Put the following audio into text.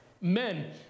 Men